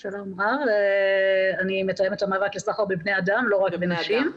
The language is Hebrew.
אני מתאמת המאבק בסחר בבני אדם, לא רק בנשים.